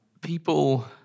people